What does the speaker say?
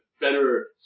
better